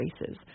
races